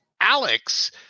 alex